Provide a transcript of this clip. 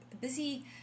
busy